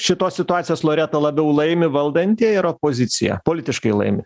šitos situacijos loreta labiau laimi valdantieji ar opozicija politiškai laimi